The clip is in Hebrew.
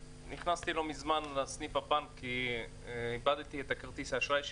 נכנסתי לא מזמן לסניף הבנק כי איבדתי את כרטיס האשראי שלי.